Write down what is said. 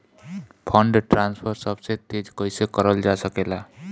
Fund transfer सबसे तेज कइसे करल जा सकेला?